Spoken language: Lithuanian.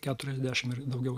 keturiasdešimt ir daugiau